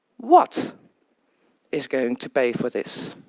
what is going to pay for this?